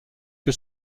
que